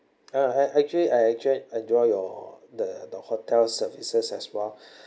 uh ac~ actually I actual~ enjoy your the the hotel services as well